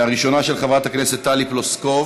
הראשונה, של חברת הכנסת טלי פלוסקוב,